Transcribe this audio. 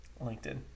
LinkedIn